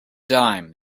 dime